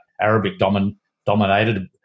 Arabic-dominated